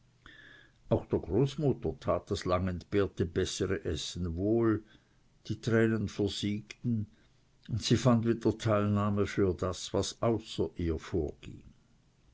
auch der großmutter tat das lang entbehrte bessere essen wohl die tränen versiegten und sie fand wieder teilnahme für das was außer ihr vorging